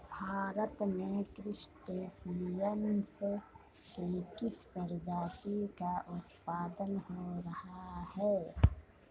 भारत में क्रस्टेशियंस के किस प्रजाति का उत्पादन हो रहा है?